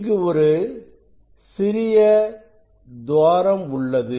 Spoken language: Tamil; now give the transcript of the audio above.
இங்கு ஒரு சிறிய துவாரம் உள்ளது